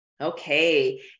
Okay